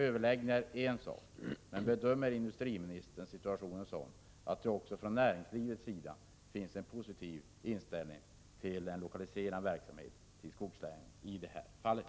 Överläggningar är en sak, men bedömer industriministern situationen sådan att det också från näringslivets sida finns en positiv inställning till att lokalisera verksamhet till skogslänen i det här fallet?